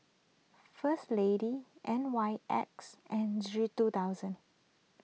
First Lady N Y X and G two thousand